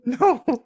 No